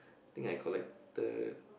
think I collected